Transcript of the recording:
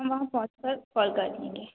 हम वहाँ पहुँचकर कॉल कर लेंगे